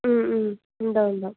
ഉണ്ടാവും ഉണ്ടാവും